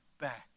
back